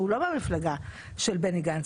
שהוא לא מהמפלגה של בני גנץ,